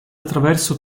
attraverso